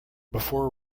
before